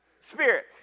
Spirit